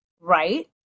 right